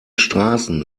straßen